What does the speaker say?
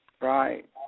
Right